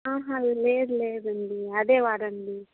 ఆహా లేదు లేదండి అదేవాడండి